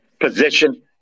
position